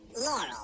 Laurel